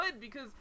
because-